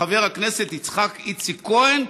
חבר הכנסת יצחק איציק כהן,